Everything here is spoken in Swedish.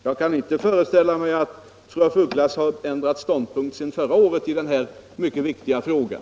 Jag kan alltså inte föreställa mig att fru af Ugglas har ändrat ståndpunkt sedan förra året i den här mycket viktiga frågan.